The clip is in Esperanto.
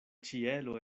ĉielo